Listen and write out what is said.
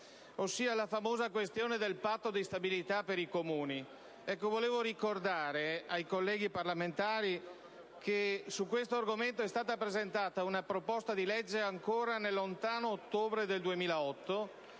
ossia la famosa questione del Patto di stabilità per i Comuni. Volevo ricordare ai colleghi parlamentari che su questo argomento è stato presentato un disegno di legge nel lontano ottobre 2008